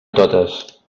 totes